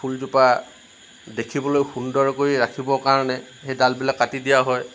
ফুলজোপা দেখিবলৈ সুন্দৰ কৰি ৰাখিবৰ কাৰণে সেই ডালবিলাক কাটি দিয়া হয়